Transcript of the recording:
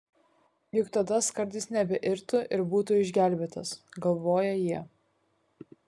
juk tada skardis nebeirtų ir būtų išgelbėtas galvoja jie